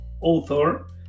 author